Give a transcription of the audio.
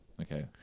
okay